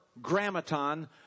grammaton